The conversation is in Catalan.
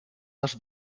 les